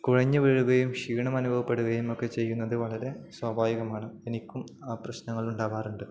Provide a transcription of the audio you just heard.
കുഴഞ്ഞുവീഴുകയും ക്ഷീണമനുഭവപ്പെടുകയും ഒക്കെ ചെയ്യുന്നതു വളരെ സ്വാഭാവികമാണ് എനിക്കും ആ പ്രശ്നങ്ങളൾ ഉണ്ടാവാറുണ്ട്